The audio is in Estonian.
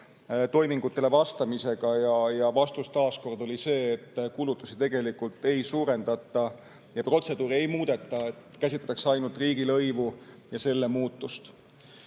toimingutele vastamisega. Vastus oli taas see, et kulutusi tegelikult ei suurendata ja protseduuri ei muudeta, käsitletakse ainult riigilõivu ja selle